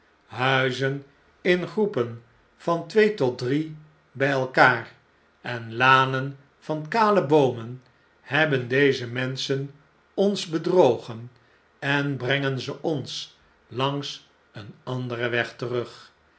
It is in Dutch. huizen in groepen van twee tot drie bjj elkaar en lanen van kale boomen hebben deze menschen ons bedrogen en brengen ze ons langs een anderen weg terug